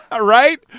Right